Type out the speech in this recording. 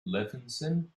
levinson